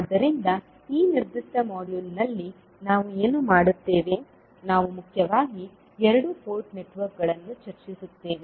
ಆದ್ದರಿಂದ ಈ ನಿರ್ದಿಷ್ಟ ಮಾಡ್ಯೂಲ್ನಲ್ಲಿ ನಾವು ಏನು ಮಾಡುತ್ತೇವೆ ನಾವು ಮುಖ್ಯವಾಗಿ ಎರಡು ಪೋರ್ಟ್ ನೆಟ್ವರ್ಕ್ಗಳನ್ನು ಚರ್ಚಿಸುತ್ತೇವೆ